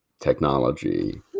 technology